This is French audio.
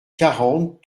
quarante